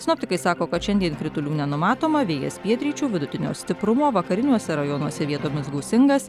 sinoptikai sako kad šiandien kritulių nenumatoma vėjas pietryčių vidutinio stiprumo vakariniuose rajonuose vietomis gūsingas